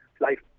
life